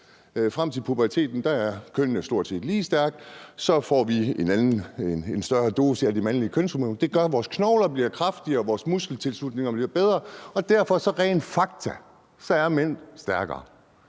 Frem til puberteten er kønnene stort set lige stærke, og så får vi en større dosis af de mandlige kønshormoner, og det gør, at vores knogler bliver kraftigere, og at vores muskeltilslutninger bliver bedre, og derfor er mænd rent faktuelt stærkere.